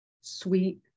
sweet